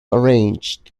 arranged